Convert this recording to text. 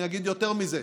אני אגיד יותר מזה: